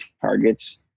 targets